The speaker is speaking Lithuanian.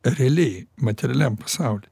realiai materialiam pasauly